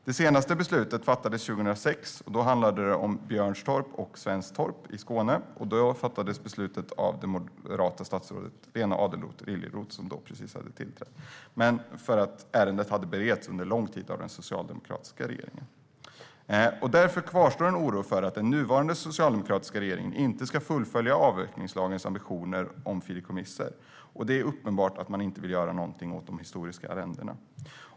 Det senaste beslutet fattades 2006. Då handlade det om Björnstorp och Svenstorp i Skåne. Då fattades beslutet av det moderata statsrådet Lena Adelsohn Liljeroth, som precis hade tillträtt. Men ärendet hade beretts under lång tid av den socialdemokratiska regeringen. Därför kvarstår en oro för att den nuvarande socialdemokratiska regeringen inte ska fullfölja avvecklingslagens ambitioner om fideikommiss. Och det är uppenbart att man inte vill göra någonting åt de historiska arrendena.